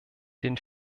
den